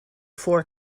four